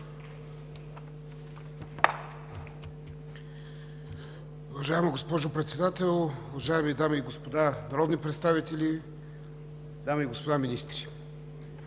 добре.